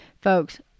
folks